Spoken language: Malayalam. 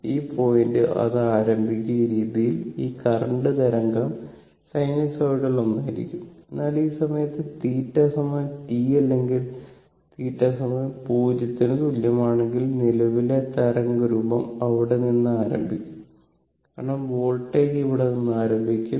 ഈ പോയിന്റ് അത് ആരംഭിക്കും ആ രീതിയിൽ ഈ കറന്റ് തരംഗം സിനോസോയ്ഡൽ ഒന്നായിരിക്കും എന്നാൽ ഈ സമയത്ത് θt അല്ലെങ്കിൽ θ0 ക്കു തുല്യമാണെങ്കിൽ നിലവിലെ തരംഗരൂപം അവിടെ നിന്ന് ആരംഭിക്കും കാരണം വോൾട്ടേജ് ഇവിടെ നിന്ന് ആരംഭിക്കും